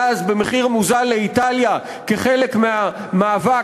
גז במחיר מוזל לאיטליה כחלק מהמאבק